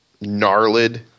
Gnarled